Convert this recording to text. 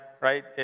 right